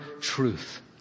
truth